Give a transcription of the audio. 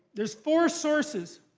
there's four sources,